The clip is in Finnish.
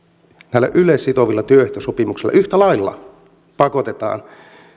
näillä yleissitovilla työehtosopimuksilla yhtä lailla pakotetaan